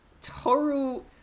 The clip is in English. Toru